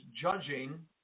judging